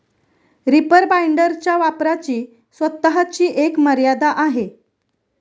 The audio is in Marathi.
रीपर बाइंडरच्या वापराची स्वतःची एक मर्यादा आहे